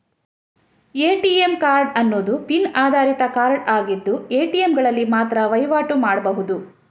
ATM card ಅನ್ನುದು PIN ಆಧಾರಿತ card ಆಗಿದ್ದು ಎ.ಟಿ.ಎಂಗಳಲ್ಲಿ ಮಾತ್ರ ವೈವಾಟು ಮಾಡ್ಬಹುದು